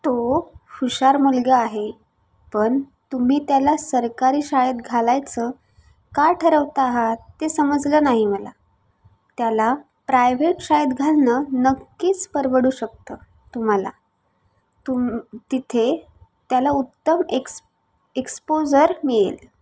तो हुशार मुलगा आहे पण तुम्ही त्याला सरकारी शाळेत घालायचं का ठरवता आहात ते समजलं नाही मला त्याला प्रायव्हेट शाळेत घालणं नक्कीच परवडू शकतं तुम्हाला तुम तिथे त्याला उत्तम एक्स एक्सपोजर मिळेल